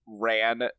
ran